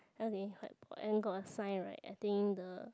now they had and got a sign right I think the